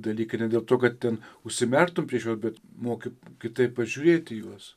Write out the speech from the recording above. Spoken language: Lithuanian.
dalykai ne dėl to kad ten užsimerktum prieš juos bet moki kitaip pažiūrėt į juos